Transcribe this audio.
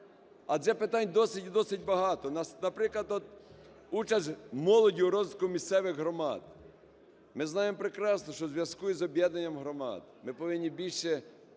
Адже питань досить і досить багато, у нас, наприклад от, участь молоді у розвитку місцевих громад. Ми знаємо прекрасно, що у зв'язку з об'єднанням громад ми повинні більше,